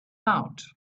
out